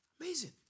Amazing